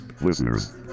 Listeners